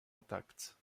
intact